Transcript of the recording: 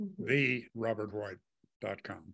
therobertwhite.com